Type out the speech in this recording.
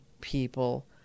people